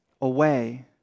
away